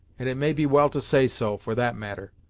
and it may be well to say so, for that matter,